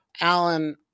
Alan